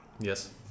yes